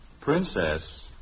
Princess